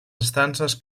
estances